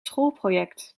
schoolproject